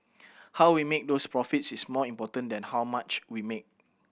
how we make those profits is more important than how much we make